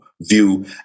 view